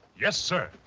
yes, sir.